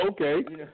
Okay